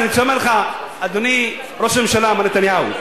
אני רוצה לומר לך, אדוני ראש הממשלה, מר נתניהו,